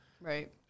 right